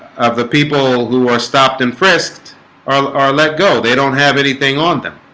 of the people who are stopped and frisked are are let go they don't have anything on them